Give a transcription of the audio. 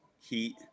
Heat